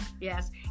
yes